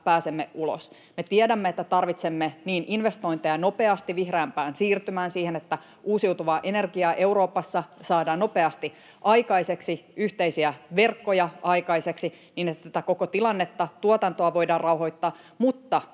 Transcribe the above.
pääsemme ulos. Me tiedämme, että tarvitsemme niin investointeja nopeasti vihreämpään siirtymään, siihen, että uusiutuvaa energiaa Euroopassa saadaan nopeasti aikaiseksi, yhteisiä verkkoja aikaiseksi, niin että tätä koko tilannetta, tuotantoa voidaan rauhoittaa, mutta